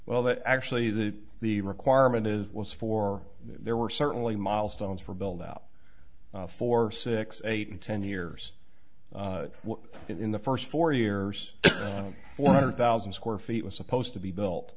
well that actually that the requirement is was for there were certainly milestones for build out for six eight and ten years in the first four years four hundred thousand square feet was supposed to be built